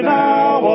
now